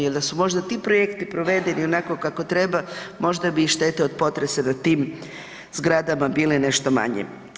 Jel da su možda ti projekti provedeni onako kako treba možda bi i štete od potresa na tim zgradama bile nešto manje.